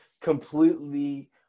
completely